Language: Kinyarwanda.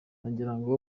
nagirango